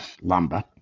lumber